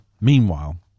Meanwhile